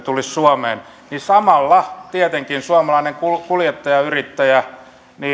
tulisi suomeen niin samalla suomalainen kuljettajayrittäjä